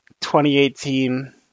2018